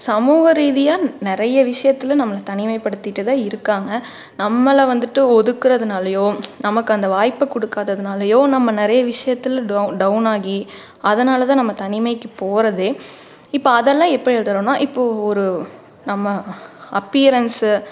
சமூக ரீதியாக நிறைய விஷயத்துல நம்மளை தனிமை படுத்திட்டேதான் இருக்காங்க நம்மளை வந்துவிட்டு ஒதுக்குறதுனாலயோ நமக்கு அந்த வாய்ப்பு கொடுக்காததுனாலையோ நம்ம நிறைய விஷயத்துல டவு டவுனாகி அதனால தான் நம்ம தனிமைக்கு போகறதே இப்போ அதெல்லாம் எப்படி எழுதுகிறோன்னா இப்போ ஒரு நம்ம அப்பியரன்ஸு